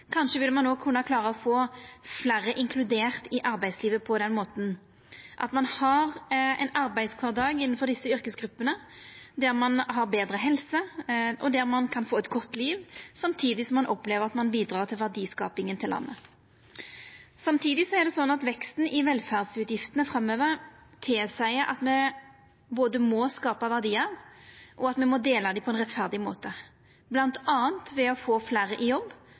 Kanskje ville ein òg kunne klara å få fleire inkludert i arbeidslivet på den måten – at ein har ein arbeidskvardag innanfor desse yrkesgruppene der ein har betre helse, og der ein kan få eit godt liv samtidig som ein opplever at ein bidrar til verdiskaping til landet. Samtidig er det sånn at veksten i velferdsutgiftene framover tilseier både at me må skapa verdiar og at me må dela dei på ein rettferdig måte, bl.a. ved å få fleire i jobb